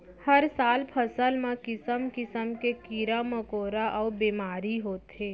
हर साल फसल म किसम किसम के कीरा मकोरा अउ बेमारी होथे